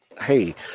Hey